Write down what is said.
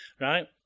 right